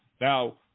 Now